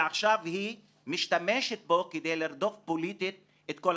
גם אם עכשיו אנחנו ננסה לייפות אותו במילים עקרוניות וכולי וכולי,